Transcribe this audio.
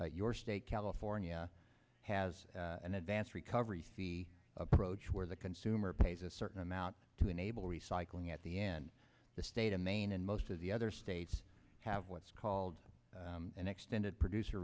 your state california has an advance recovery fee approach where the consumer pays a certain amount to enable recycling at the end the state of maine and most of the other states have what's called an extended producer